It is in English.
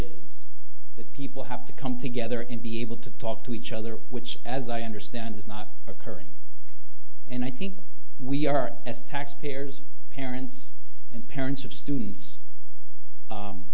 is that people have to come together and be able to talk to each other which as i understand is not occurring and i think we are as taxpayers parents and parents of students